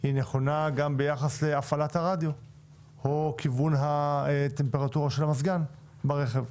היא נכונה גם ביחס להפעלת הרדיו או כיוון הטמפרטורה של המזגן ברכב,